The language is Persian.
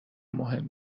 مهم